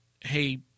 hey